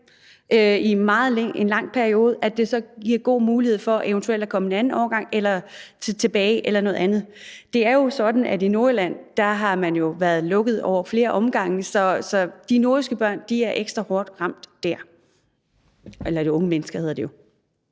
meget lang periode, så giver det god mulighed for, at der eventuelt kan komme en anden årgang tilbage eller noget andet. Det er jo sådan, at i Nordjylland har der været lukket ned over flere omgange. Så de nordjyske børn er ekstra hårdt ramt – eller unge mennesker, hedder det jo.